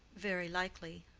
very likely,